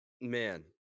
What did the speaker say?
man